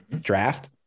Draft